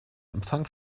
empfang